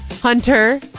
Hunter